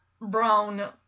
brown